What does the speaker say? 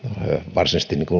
varsinaisesti